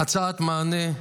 הצעת מענה,